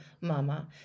mama